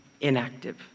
inactive